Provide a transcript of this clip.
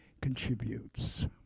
contributes